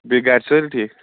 بیٚیہِ گَرِ سٲری ٹھیٖک